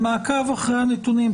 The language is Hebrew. למעקב אחר הנתונים.